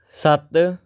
ਸੱਤ